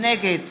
נגד